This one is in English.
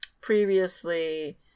previously